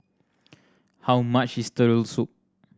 how much is Turtle Soup